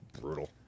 brutal